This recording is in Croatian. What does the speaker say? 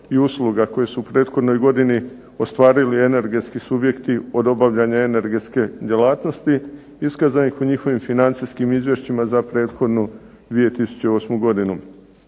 i usluga koje su u prethodnoj godini ostvarili energetski subjekti od obavljanja energetske djelatnosti iskazanim u njihovim financijskim izvješćima za prethodnu 2008. godinu.